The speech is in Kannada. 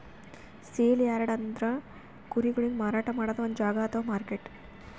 ಸೇಲ್ ಯಾರ್ಡ್ಸ್ ಅಂದ್ರ ಕುರಿಗೊಳಿಗ್ ಮಾರಾಟ್ ಮಾಡದ್ದ್ ಒಂದ್ ಜಾಗಾ ಅಥವಾ ಮಾರ್ಕೆಟ್